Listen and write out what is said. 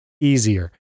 easier